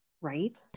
right